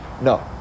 No